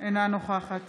אינה נוכחת